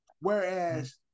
Whereas